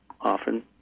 often